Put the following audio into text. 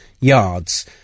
yards